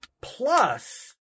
Plus